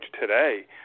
today